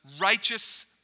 righteous